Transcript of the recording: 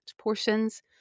portions